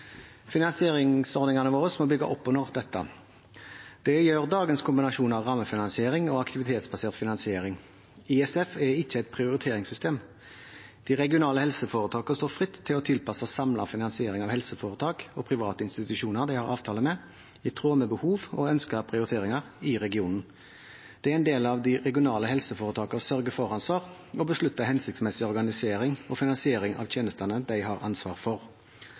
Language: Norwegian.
Finansieringsordningene våre må bygge opp under dette. Det gjør dagens kombinasjon av rammefinansiering og aktivitetsbasert finansering. ISF er ikke et prioriteringssystem. De regionale helseforetakene står fritt til å tilpasse samlet finansiering av helseforetak og private institusjoner de har avtale med, i tråd med behov og ønskede prioriteringer i regionen. Det er en del av de regionale helseforetakenes sørge-for-ansvar å beslutte hensiktsmessig organisering og finansiering av tjenestene de har ansvar for.